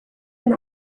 been